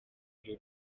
byo